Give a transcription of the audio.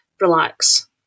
relax